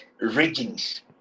regions